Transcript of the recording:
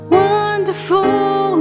wonderful